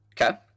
Okay